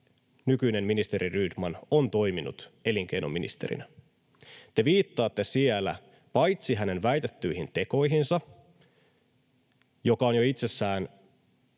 nykyinen ministeri Rydman on toiminut elinkeinoministerinä. Te viittaatte siellä paitsi hänen väitettyihin tekoihinsa, mikä on jo itsessään,